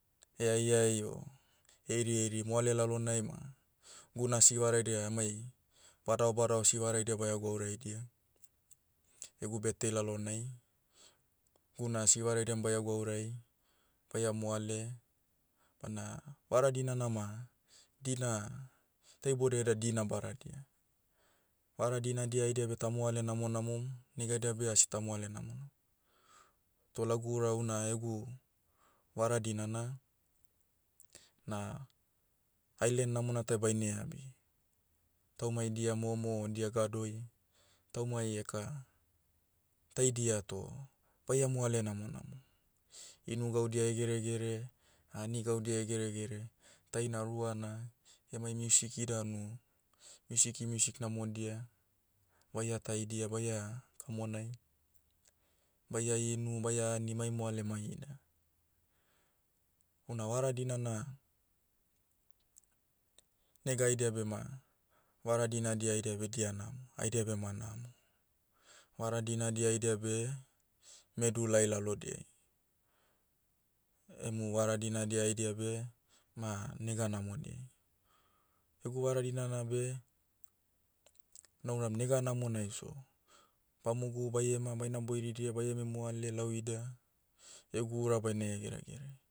Heaieai o, heiri heiri moale lalonai ma, guna sivaraidia amai, badao badao sivaraidia baia gwauraidia, egu birthday lalonai. Guna sivaraidiam baia gwaurai, baia moale, bana, vara dinana ma, dina, ta iboudai eda dina badadia. Vara dinadia haida beh tamoale namonamom, negaidia beh asita moale namona. Toh lagu ura una egu, vara dinana, na, ailen namona tai baine heabi. Taumai dia momo o dia gadoi, taumai eka, taidia toh, baia moale namonamo. Inu gaudia hegeregere, ani gaudia hegeregere, taina rua na, emai miusiki danu, miusiki music namodia, baia taidia baia, kamonai, baia inu baia ani mai moalemai ida. Houna vara dinana, nega haidia bema, vara dinadia haidia beh dia namo, haidia beh ma namo. Vara dinadia haidia beh, medu lai lalodiai. Emu vara dinadia haidia beh, ma, nega namodiai. Egu vara dinana beh, nauram nega namonaiso, bamogu baiema baina boiridia baieme moale lau ida, egu ura baine hegeregere.